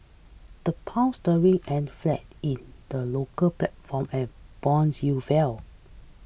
the pound sterling ended flat in the local platform and bonds yields fell